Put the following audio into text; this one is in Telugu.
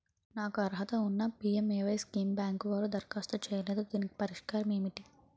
నాకు అర్హత ఉన్నా పి.ఎం.ఎ.వై స్కీమ్ బ్యాంకు వారు దరఖాస్తు చేయలేదు దీనికి పరిష్కారం ఏమిటి?